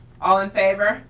all in favor,